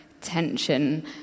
tension